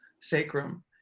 sacrum